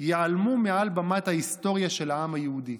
ייעלמו מעל במת ההיסטוריה של העם היהודי,